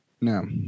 No